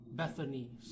Bethany